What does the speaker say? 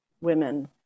women